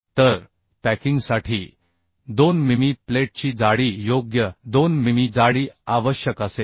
तर पॅकिंगसाठी 2 मिमी प्लेटची जाडी योग्य 2 मिमी जाडी आवश्यक असेल